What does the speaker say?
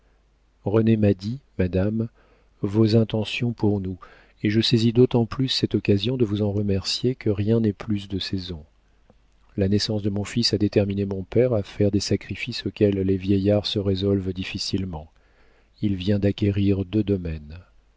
renée m'a dit madame vos intentions pour nous et je saisis d'autant plus cette occasion de vous en remercier que rien n'est plus de saison la naissance de mon fils a déterminé mon père à faire des sacrifices auxquels les vieillards se résolvent difficilement il vient d'acquérir deux domaines